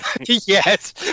Yes